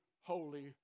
holy